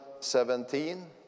17